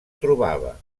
trobava